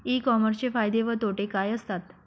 E कॉमर्सचे फायदे व तोटे काय असतात?